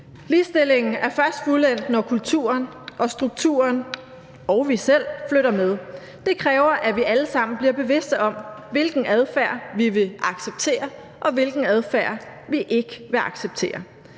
ligestillingen er først fuldendt, når kulturen og strukturen og vi selv flytter med. Det kræver, at vi alle sammen bliver bevidste om, hvilken adfærd vi vil acceptere, og hvilken adfærd vi ikke vil acceptere.